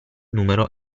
numero